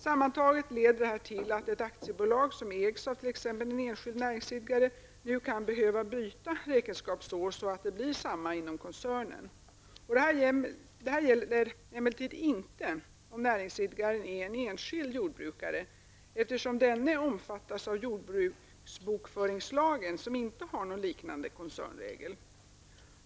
Sammantaget leder detta till att ett aktiebolag som ägs av t.ex. en enskild näringsidkare nu kan behöva byta räkenskapsår så att det blir samma inom koncernen. Detta gäller emellertid inte om näringsidkaren är en enskild jordbrukare, eftersom denne omfattas av jordbruksbokföringslagen, som inte har någon liknande koncernregel.